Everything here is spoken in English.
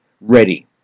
ready